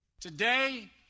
Today